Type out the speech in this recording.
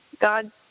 God